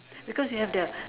because you have the